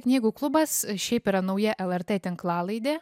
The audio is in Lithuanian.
knygų klubas šiaip yra nauja lrt tinklalaidė